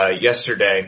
yesterday